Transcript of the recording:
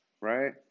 right